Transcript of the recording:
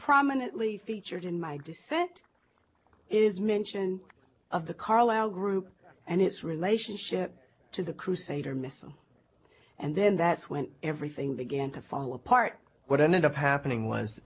prominently featured in my dissent is mention of the carlyle group and its relationship to the crusader missile and then that's when everything began to fall apart what ended up happening was